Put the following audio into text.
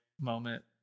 moment